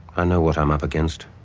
i know what i'm up against.